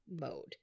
mode